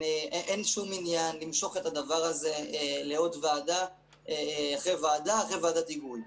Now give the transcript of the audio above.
אין שום עניין למשוך את הדבר הזה לעוד ועדה אחרי ועדה אחרי ועדת היגוי.